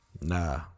Nah